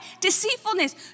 Deceitfulness